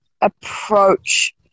approach